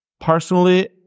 Personally